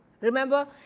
Remember